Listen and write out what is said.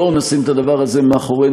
בואו נשים את הדבר הזה מאחורינו,